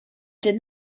did